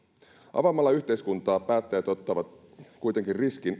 avaamalla yhteiskuntaa päättäjät ottavat kuitenkin riskin